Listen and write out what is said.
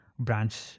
branch